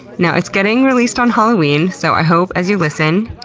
you know it's getting released on halloween, so i hope, as you listen,